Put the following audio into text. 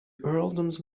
earldoms